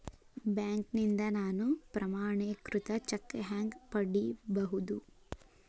ಬ್ಯಾಂಕ್ನಿಂದ ನಾನು ಪ್ರಮಾಣೇಕೃತ ಚೆಕ್ ಹ್ಯಾಂಗ್ ಪಡಿಬಹುದು?